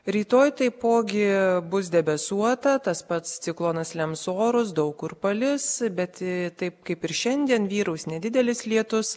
rytoj taipogi bus debesuota tas pats ciklonas lems orus daug kur palis bet taip kaip ir šiandien vyraus nedidelis lietus